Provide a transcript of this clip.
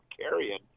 carrying